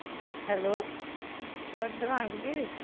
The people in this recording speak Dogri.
हैलो थुआढ़ी दकान खुल्ली दी